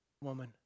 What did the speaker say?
woman